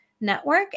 Network